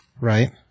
Right